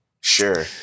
Sure